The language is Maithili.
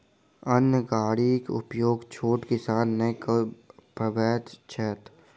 अन्न गाड़ीक उपयोग छोट किसान नै कअ पबैत छैथ